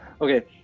Okay